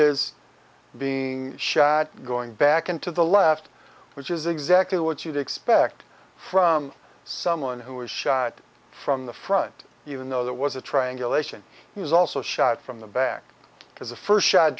is being shot at going back into the left which is exactly what you'd expect from someone who was shot from the front even though there was a triangulation he was also shot from the back because the first shot